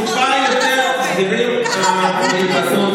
תיקחו את כל הנימוקים שלי למה ארבעה חברי כנסת זה